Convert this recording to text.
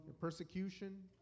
persecution